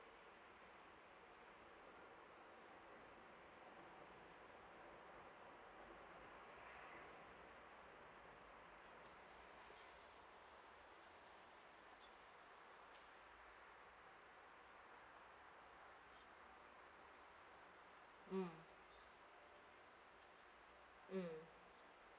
mm mm